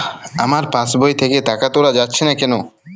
আমার পাসবই থেকে টাকা তোলা যাচ্ছে না কেনো?